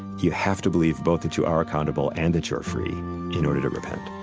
you have to believe both that you are accountable and that you're free in order to repent